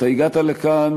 אתה הגעת לכאן